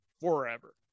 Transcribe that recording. forever